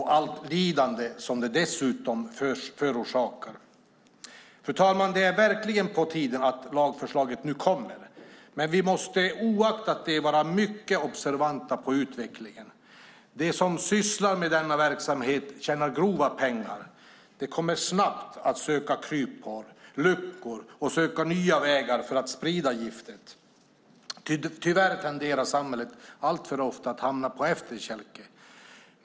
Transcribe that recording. Dessutom förorsakar det stort lidande. Fru talman! Det är verkligen på tiden att lagförslaget nu kommer, men vi måste oaktat det vara mycket observanta på utvecklingen. De som sysslar med denna verksamhet tjänar grova pengar. De kommer snabbt att söka kryphål, luckor och nya vägar för att sprida giftet. Tyvärr tenderar samhället alltför ofta att hamna på efterkälken.